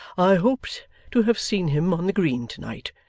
i hoped to have seen him on the green to-night.